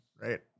Right